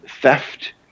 theft